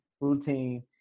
routine